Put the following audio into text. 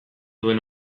duen